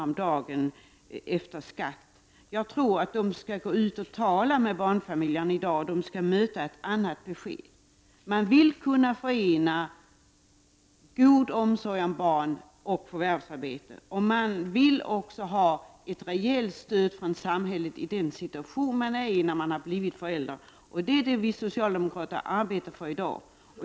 om dagen efter skatt skall gå ut och tala med barnfamiljerna. De kommer att möta ett annat besked. Man vill kunna förena god omsorg om barn och förvärvsarbete. Man vill också ha ett rejält stöd från samhället i den situation man befinner sig i då man har blivit förälder. Det är det vi socialdemokrater arbetar för i dag.